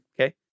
Okay